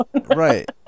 right